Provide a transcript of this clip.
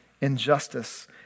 injustice